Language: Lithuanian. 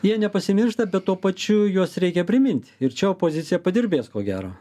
jie nepasimiršta bet tuo pačiu juos reikia primint ir čia opozicija padirbės ko gero